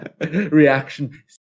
reaction